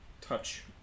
touch